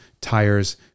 tires